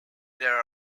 there